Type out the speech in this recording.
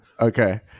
Okay